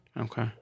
Okay